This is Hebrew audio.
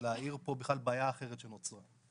ולהאיר פה בכלל בעיה אחרת שנוצרה.